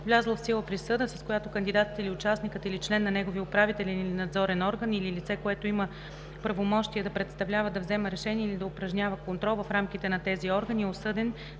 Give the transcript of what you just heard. влязла в сила присъда, с която кандидатът или участникът, или член на неговия управителен или надзорен орган, или лице, което има правомощия да представлява, да взема решения или да упражнява контрол в рамките на тези органи, е осъден